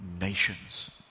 nations